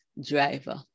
driver